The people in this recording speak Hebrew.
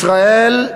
ישראל,